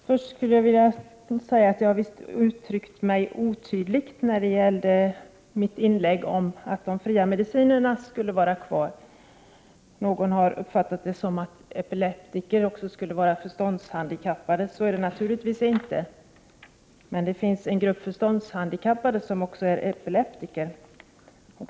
Herr talman! Jag uttryckte mig visst otydligt i mitt inlägg om att de fria medicinerna skulle vara kvar. Någon har uppfattat det som att epileptiker också skulle vara förståndshandikappade. Så är det naturligtvis inte. Men det finns en grupp förståndshandikappade som också är epileptiker.